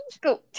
Go